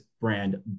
brand